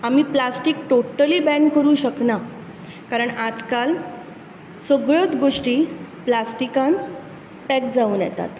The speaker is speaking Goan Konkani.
आमी प्लास्टीक टोटली बैन करूं शकना कारण आज काल सगळ्योत गोष्टी प्लास्टिकान पेक जावून येतात